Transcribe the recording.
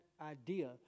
idea